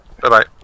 Bye-bye